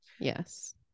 yes